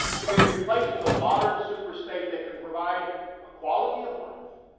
to be replaced with a modern super state that can provide a quality of life,